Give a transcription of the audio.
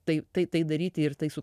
taip tai daryti ir tai